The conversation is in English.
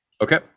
Okay